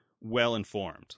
well-informed